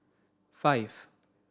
five